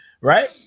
Right